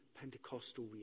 Pentecostal